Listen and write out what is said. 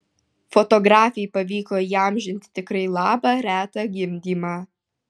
fotografei pavyko įamžinti tikrai labą retą gimdymą